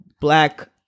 black